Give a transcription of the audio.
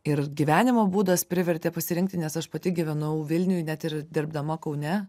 ir gyvenimo būdas privertė pasirinkti nes aš pati gyvenau vilniuj net ir dirbdama kaune